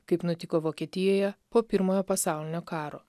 kaip nutiko vokietijoje po pirmojo pasaulinio karo